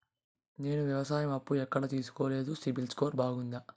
నేను వ్యవసాయం అప్పు ఎక్కడ తీసుకోలేదు, సిబిల్ స్కోరు బాగుందా?